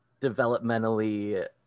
developmentally